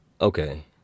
Okay